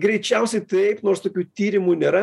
greičiausiai taip nors tokių tyrimų nėra